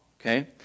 Okay